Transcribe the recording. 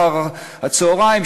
אחר-הצהריים,